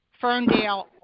Ferndale